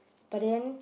but then